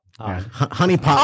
Honeypot